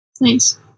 nice